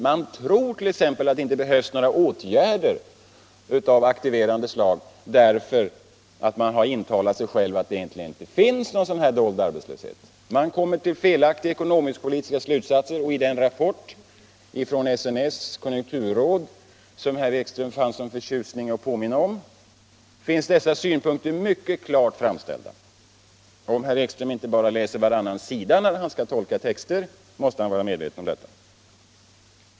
Man tror t.ex. att det inte behövs några åtgärder av aktiverande slag, därför att man intalat sig själv att det egentligen inte finns någon dold arbetslöshet. Och i den rapport från SNS konjunkturråd, som herr Ekström fann sådan förtjusning i att påminna om, finns dessa synpunkter mycket klart framställda. Om herr Ekström inte bara läser varannan sida när han skall tolka texter, måste han vara medveten om detta.